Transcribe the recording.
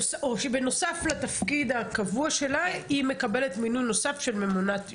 בנוסף לתפקיד הקבוע שלה היא מקבלת מינוי נוסף של ממונת יוהל"ם?